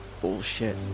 bullshit